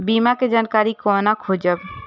बीमा के जानकारी कोना खोजब?